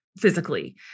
physically